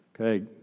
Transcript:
okay